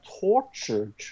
tortured